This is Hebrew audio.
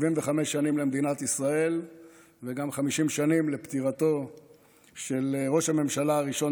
75 שנים למדינת ישראל וגם 50 שנים לפטירתו של ראש הממשלה הראשון,